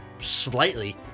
Slightly